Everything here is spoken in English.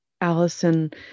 Allison